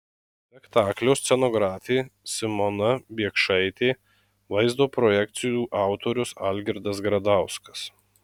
spektaklio scenografė simona biekšaitė vaizdo projekcijų autorius algirdas gradauskas